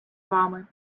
вами